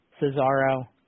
Cesaro